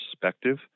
perspective